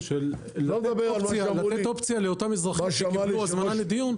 לתת אופציה לאותם אזרחים שקיבלו הזמנה לדיון,